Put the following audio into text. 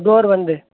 door வந்து